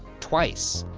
twice.